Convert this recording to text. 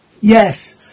Yes